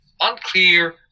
unclear